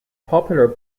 popular